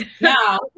Now